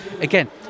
Again